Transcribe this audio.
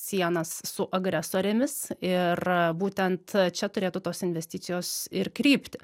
sienas su agresorėmis ir būtent čia turėtų tos investicijos ir krypti